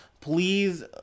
please